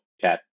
chat